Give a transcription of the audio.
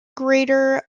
greater